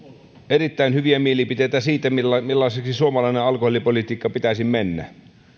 erittäin hyviä mielipiteitä siitä millaiseksi suomalaisen alkoholipolitiikan pitäisi mennä